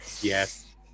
Yes